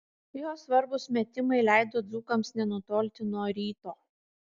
jo svarbūs metimai leido dzūkams nenutolti nuo ryto